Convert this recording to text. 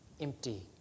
Empty